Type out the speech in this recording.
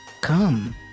come